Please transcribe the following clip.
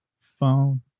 phone